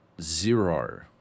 zero